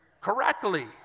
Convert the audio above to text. Correctly